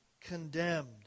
condemned